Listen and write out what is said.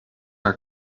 are